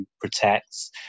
protects